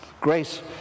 grace